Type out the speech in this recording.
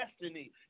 destiny